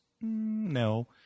No